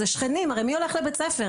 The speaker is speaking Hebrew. הרי מי הולך לבית ספר?